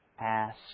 ask